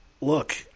look